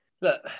look